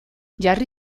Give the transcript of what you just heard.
jarri